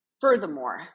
Furthermore